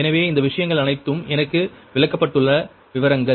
எனவே இந்த விஷயங்கள் அனைத்தும் எனக்கு விளக்கப்பட்டுள்ள விவரங்கள்